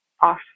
off